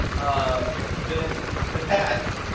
ah then that,